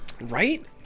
Right